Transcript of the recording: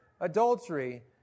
adultery